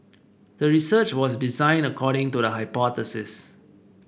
the research was designed according to the hypothesis